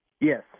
Yes